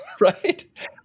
right